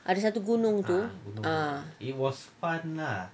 ada satu gunung tu ah